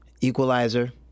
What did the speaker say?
Equalizer